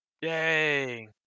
Yay